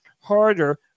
harder